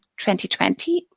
2020